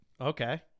Okay